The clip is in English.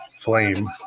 flame